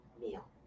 meal